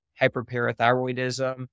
hyperparathyroidism